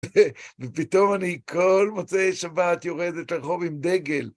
ופתאום אני כל מוצאי שבת יורדת לרחוב עם דגל.